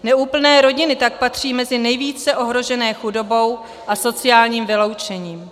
Neúplné rodiny tak patří mezi nejvíce ohrožené chudobou a sociálním vyloučením.